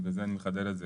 בגלל זה אני מחדד את זה,